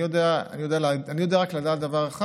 אני יודע רק דבר אחד: